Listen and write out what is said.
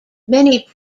many